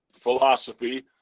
philosophy